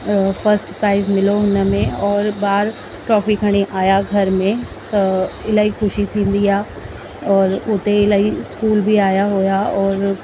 first prize मिलियो हुन में और ॿार ट्रॉफी खणी आहियां घर में त इलाही ख़ुशी थींदी आहे और हुते इलाही स्कूल बि आया हुआ और